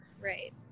right